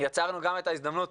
יצרנו גם את ההזדמנות